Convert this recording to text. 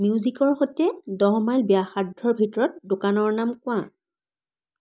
মিউজিকৰ সৈতে দহ মাইল ব্যাসাৰ্ধৰ ভিতৰত দোকানৰ নাম কোৱা